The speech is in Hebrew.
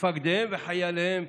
מפקדיהם וחייליהם.